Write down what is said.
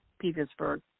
Petersburg